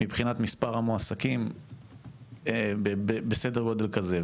מבחינת מספר המועסקים בסדר גודל כזה.